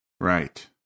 Right